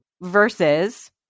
Versus